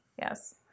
Yes